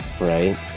right